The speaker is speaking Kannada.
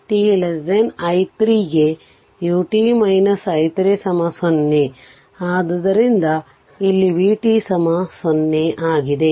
t i 3 ಗೆ u t i 3 0 ಆದುದರಿಂದ ಇಲ್ಲಿ vt 0 ಆಗಿದೆ